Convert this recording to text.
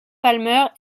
palmer